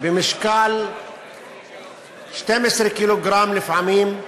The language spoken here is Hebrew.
במשקל 12 ק"ג, לפעמים,